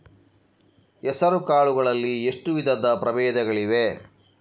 ಹೆಸರುಕಾಳು ಗಳಲ್ಲಿ ಎಷ್ಟು ವಿಧದ ಪ್ರಬೇಧಗಳಿವೆ?